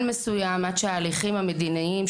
עד שההליכים המדיניים,